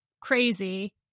crazy